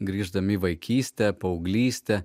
grįždami į vaikystę paauglystę